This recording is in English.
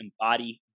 embody